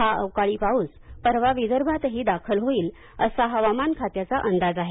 हा अवकाळी पाऊस परवा विदर्भातही दाखल होईल असा हवामान खात्याचा अंदाज आहे